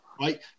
right